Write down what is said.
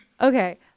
Okay